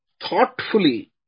thoughtfully